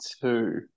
two